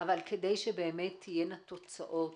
אבל כדי שבאמת תהיינה תוצאות